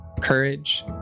courage